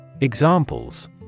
Examples